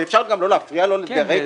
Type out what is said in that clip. ואפשר גם לא להפריע לו לרגע?